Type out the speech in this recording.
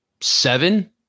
seven